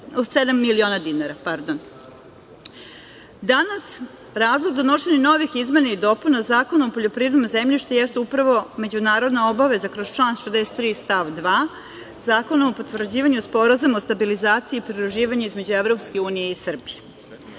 razlog donošenja novih izmena i dopuna Zakona o poljoprivrednom zemljištu jeste upravo međunarodna obaveza kroz član 63. stav 2. Zakona o potvrđivanju Sporazuma o stabilizaciji i pridruživanju između EU i Srbije.